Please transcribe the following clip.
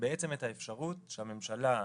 בעצם את האפשרות שהממשלה תקבע,